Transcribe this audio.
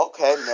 Okay